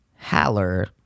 Haller